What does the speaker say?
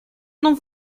non